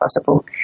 possible